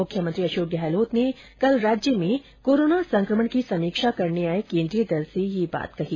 मुख्यमंत्री अशोक गहलोत ने कल राज्य में कोरोना संक्रमण की समीक्षा करने आए केन्द्रीय दल से यह बात कही